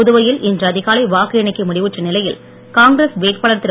புதுவையில் இன்று அதிகாலை வாக்கு எண்ணிக்கை முடிவுற்ற நிலையில் காங்கிரஸ் வேட்பாளர் திரு